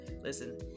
listen